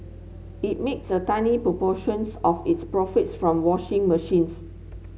it makes a tiny proportions of its profits from washing machines